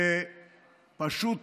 זה פשוט